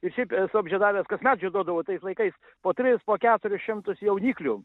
ir šiaip esu abžiedavęs kasmet žieduodavau tais laikais po trys po keturis šimtus jauniklių